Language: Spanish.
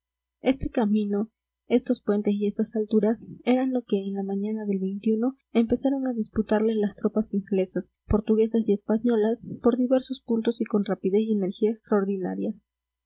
este camino estos puentes y estas alturas eran lo que en la mañana del empezaron a disputarles las tropas inglesas portuguesas y españolas por diversos puntos y con rapidez y energía extraordinarias